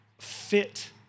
fit